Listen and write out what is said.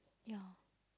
yeah